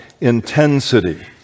intensity